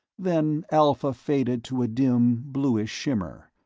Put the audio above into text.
then alpha faded to a dim bluish shimmer,